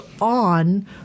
on